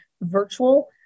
virtual